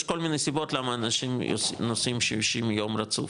יש כל מיני סיבות למה אנשים נוסעים 60 יום רצוף,